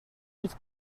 yves